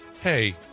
Hey